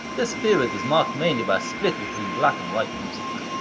this period is marked mainly by a split between black and white music,